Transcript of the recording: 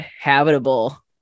habitable